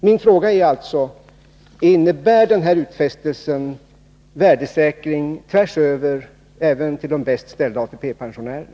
Min fråga är alltså: Innebär utfästelsen värdesäkring tvärs över, även till de bäst ställda ATP-pensionärerna?